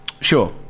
Sure